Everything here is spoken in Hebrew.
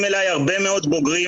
תודה רבה, כבוד היושב-ראש.